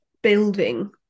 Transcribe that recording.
building